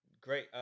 Great